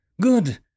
Good